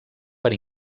per